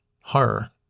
horror